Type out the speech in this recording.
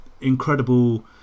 incredible